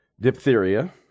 Diphtheria